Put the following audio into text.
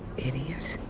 idiot.